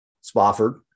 Spofford